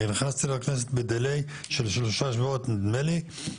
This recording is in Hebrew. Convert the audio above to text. אני נכנסתי לכנסת בדיליי של שלושה שבועות נדמה לי.